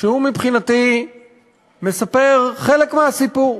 שמבחינתי מספר חלק מהסיפור,